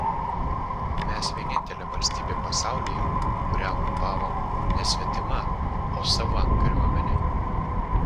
mes vienintelė valstybė pasaulyje kurią okupavo ne svetima o sava kariuomenė